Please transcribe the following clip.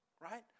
right